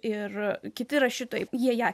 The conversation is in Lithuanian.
ir kiti rašytojai jie ją